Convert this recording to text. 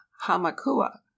Hamakua